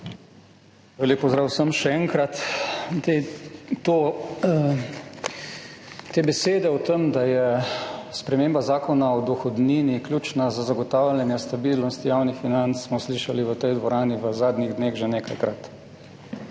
Lep pozdrav vsem še enkrat! Besede o tem, da je sprememba Zakona o dohodnini ključna za zagotavljanje stabilnosti javnih financ, smo slišali v tej dvorani v zadnjih dneh že nekajkrat